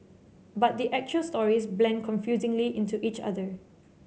but the actual stories blend confusingly into each other